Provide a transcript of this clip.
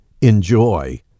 enjoy